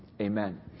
Amen